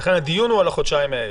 ולכן הדיון הוא על החודשיים האלה,